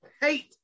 hate